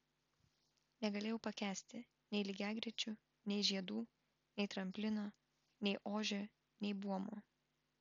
negalėjau pakęsti nei lygiagrečių nei žiedų nei tramplino nei ožio nei buomo